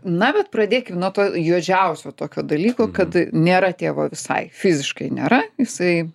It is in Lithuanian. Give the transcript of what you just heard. na bet pradėkim nuo to juodžiausio tokio dalyko kad nėra tėvo visai fiziškai nėra jisai